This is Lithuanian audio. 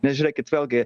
nes žiūrėkit vėlgi